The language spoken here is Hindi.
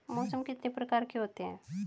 मौसम कितने प्रकार के होते हैं?